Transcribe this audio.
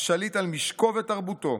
השליט על משקו ותרבותו,